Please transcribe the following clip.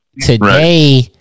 today